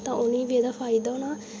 तां उ'नेंगी बी एह्दा फायदा होना